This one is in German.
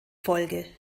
folge